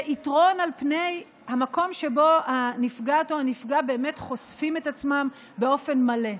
אנחנו במקום שבו יש חובה לעדכן את קורבנות העבירה,